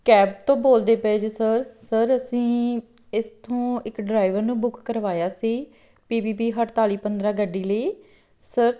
cab ਤੋਂ ਬੋਲਦੇ ਪਏ ਜੇ ਸਰ ਸਰ ਅਸੀਂ ਇਸ ਤੋਂ ਇੱਕ ਡਰਾਈਵਰ ਨੂੰ ਬੁੱਕ ਕਰਵਾਇਆ ਸੀ ਪੀ ਬੀ ਬੀ ਅਠਤਾਲੀ ਪੰਦਰਾਂ ਗੱਡੀ ਲਈ ਸਰ